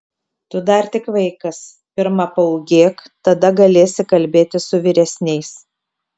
tu dar tik vaikas pirma paūgėk tada galėsi kalbėti su vyresniais